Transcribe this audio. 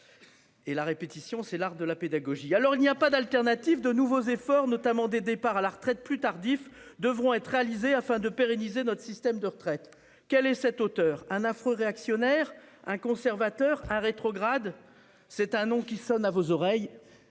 Et la répétition, c'est l'art de la pédagogie. Alors il n'y a pas d'alternative de nouveaux efforts notamment des départs à la retraite plus tardif devront être réalisés afin de pérenniser notre système de retraite. Quel est cet auteur un affreux réactionnaire un conservateur ah rétrograde. C'est un nom qui sonne à vos oreilles.